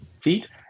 feet